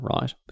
right